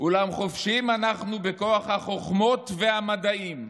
אולם חופשיים אנחנו בכוח החוכמות והמדעים",